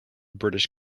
british